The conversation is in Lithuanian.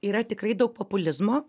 yra tikrai daug populizmo